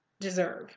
deserve